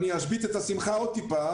אני אשבית את השמחה עוד קצת,